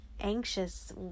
anxious